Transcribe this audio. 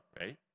right